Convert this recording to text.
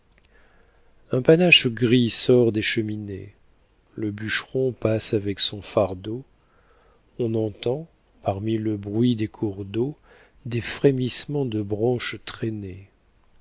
un panache gris sort des cheminées le bûcheron passe avec son fardeau on entend parmi le bruit des cours d'eau des frémissements de branches traînées